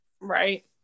right